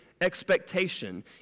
expectation